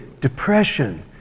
depression